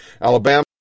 Alabama